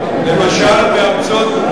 למשל, בארצות,